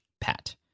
pat